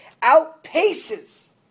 outpaces